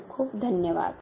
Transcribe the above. खूप खूप धन्यवाद